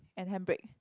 and handbrake